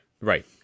right